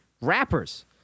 rappers